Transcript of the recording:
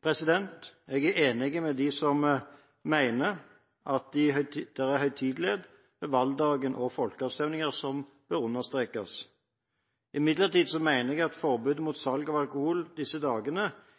Jeg er enig med dem som mener at det er høytidelighet ved valgdager og folkeavstemninger som bør understrekes. Imidlertid mener jeg at forbudet mot salg av alkohol disse dagene